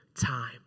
time